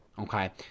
Okay